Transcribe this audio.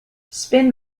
spin